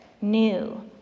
new